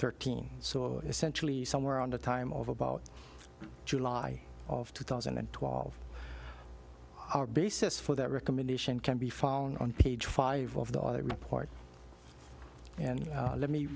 thirteen so essentially somewhere around the time of about july of two thousand and twelve hour basis for that recommendation can be found on page five of the report and let me